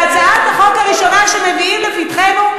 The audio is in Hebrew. והצעת החוק הראשונה שמביאים לפתחנו,